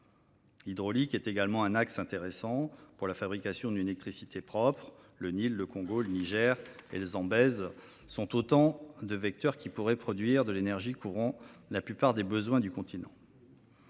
L’hydraulique est également un axe intéressant pour la fabrication d’une électricité propre : le Nil, le Congo, le Niger et le Zambèze sont autant de vecteurs qui pourraient produire de l’énergie couvrant la plupart des besoins du continent.